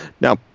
Now